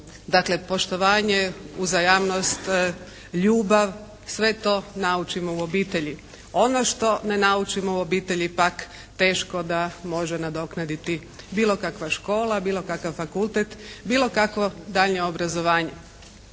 dakle poštovanje, uzajamnost, ljubav, sve to naučimo u obitelji. Ono što ne naučimo u obitelji pak teško da može nadoknaditi bilo kakva škola, bilo kakav fakultet, bilo kakvo daljnje obrazovanje.